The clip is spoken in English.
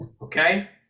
okay